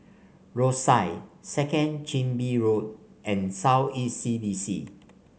Rosyth Second Chin Bee Road and South East C D C